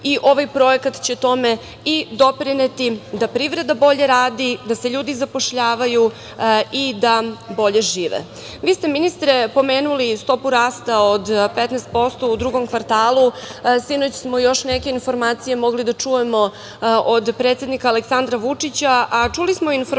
i ovaj projekat će tome i doprineti, da privreda bolje radi, da se ljudi zapošljavaju i da bolje žive. Vi ste, ministre, pomenuli stopu rasta od 15% u drugom kvartalu. Sinoć smo još neke informacije mogli da čujemo od predsednik Aleksandra Vučića, a čuli smo informaciju